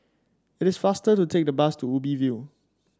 it is faster to take the bus to Ubi View